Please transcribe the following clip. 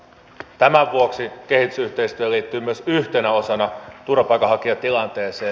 tämän vuoksi kehitysyhteistyö liittyy myös yhtenä osana turvapaikanhakijatilanteeseen